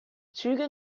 züge